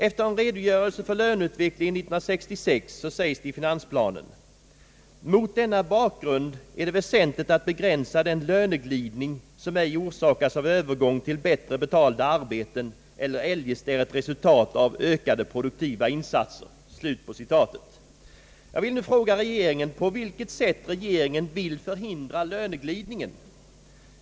Efter en redogörelse för löneutvecklingen 1966 sägs det i finansplanen: »Mot denna bakgrund är det väsentligt att begränsa den löneglidning som ej orsakas av Övergång till bättre betalda arbeten eller eljest är ett resultat av ökade produktiva insatser.» Jag vill nu fråga regeringen: På vilket sätt vill regeringen förhindra löneglidningen?